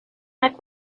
out